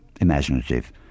imaginative